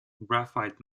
graphite